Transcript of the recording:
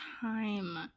time